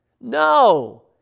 no